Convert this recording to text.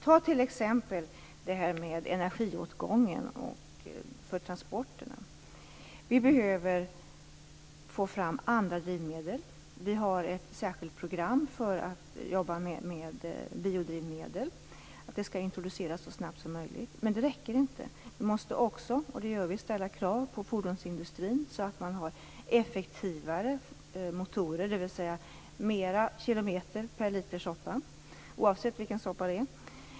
Ta t.ex. energiåtgången för transporterna. Vi behöver få fram andra drivmedel. Vi har ett särskilt program för att biodrivmedel skall introduceras så snabbt som möjligt. Men det räcker inte. Vi måste också - och det gör vi - ställa krav på fordonsindustrin så att man tar fram effektivare motorer, dvs. fler kilometer per liter soppa, oavsett vilken soppa det är.